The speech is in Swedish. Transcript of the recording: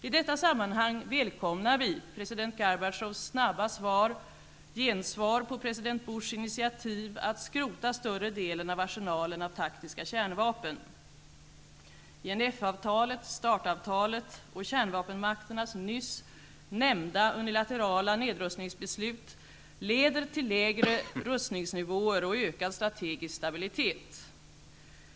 I detta sammanhang välkomnar vi president Gorbatjovs snabba gensvar på president Bushs initiativ att skrota större delen av arsenalen av taktiska kärnvapen. INF-avtalet, START-avtalet och kärnvapenmakternas nyss nämnda unilaterala nedrustningsbeslut leder till lägre rustningsnivåer och ökad strategisk stabilitet.